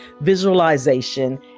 visualization